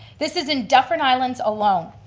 this is in dufferin islands alone.